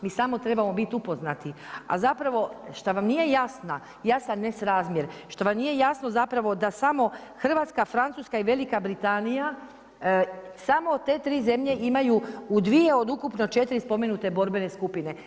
Mi samo trebamo biti upoznati, a zapravo šta vam nije jasan nesrazmjer, što vam nije jasno zapravo da samo Hrvatska, Francuska i Velika Britanija samo te tri zemlje imaju u dvije od ukupno četiri spomenute borbene skupine.